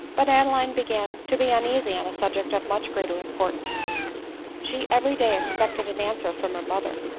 but adeline began to be uneasy on a subject of much greater importance she every day expected an answer from her mother,